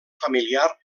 familiar